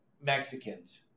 Mexicans